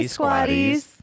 Squatties